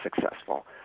successful